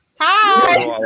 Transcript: Hi